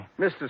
Mr